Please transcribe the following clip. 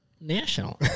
national